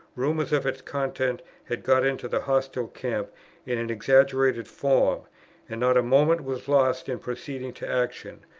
rumours of its contents had got into the hostile camp in an exaggerated form and not a moment was lost in proceeding to action,